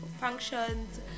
functions